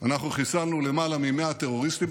אנחנו חיסלנו למעלה מ-100 טרוריסטים.